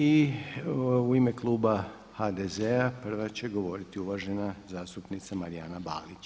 I u ime Kluba HDZ-a prva će govoriti uvažena zastupnica Marijana Balić.